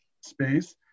space